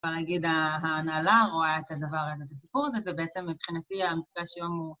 ‫אפשר להגיד, ההנהלה רואה את הדבר הזה, ‫את הסיפור הזה. ‫ובעצם, מבחינתי, המפגש היום הוא...